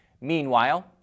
Meanwhile